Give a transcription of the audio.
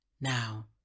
Now